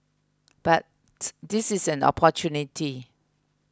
but this is an opportunity